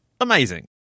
amazing